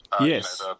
Yes